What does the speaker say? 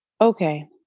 okay